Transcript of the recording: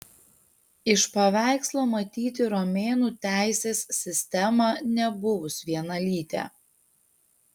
iš paveikslo matyti romėnų teisės sistemą nebuvus vienalytę